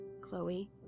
Chloe